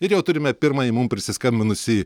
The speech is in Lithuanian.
ir jau turime pirmąjį mum prisiskambinusį